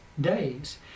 days